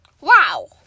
Wow